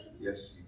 yes